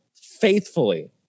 faithfully